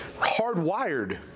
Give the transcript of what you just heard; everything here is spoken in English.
hardwired